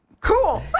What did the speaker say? Cool